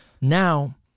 Now